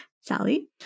Sally